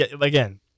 again